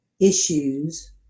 issues